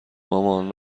مامان